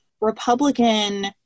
Republican